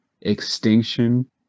Extinction